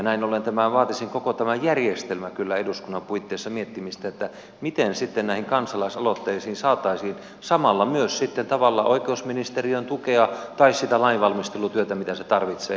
näin ollen tämä vaatisi kyllä koko tämän järjestelmän eduskunnan puitteissa miettimistä miten näihin kansalaisaloitteisiin saataisiin myös sitten samalla tavalla oikeusministeriön tukea tai sitä lainvalmistelutyötä mitä se tarvitsee